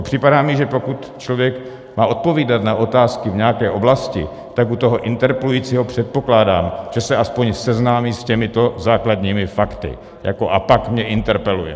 Připadá mi, že pokud člověk má odpovídat na otázky v nějaké oblasti, tak u toho interpelujícího předpokládám, že se aspoň seznámí s těmito základními fakty a pak mě interpeluje.